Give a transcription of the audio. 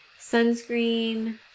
sunscreen